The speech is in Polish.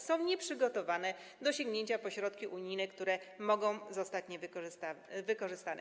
Są nieprzygotowane do sięgnięcia po środki unijne, które mogą zostać wykorzystane.